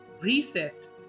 reset